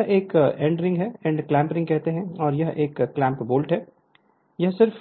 और यह एक एंड क्लैम्प रिंग है और यह क्लैंप बोल्ट है यह सिर्फ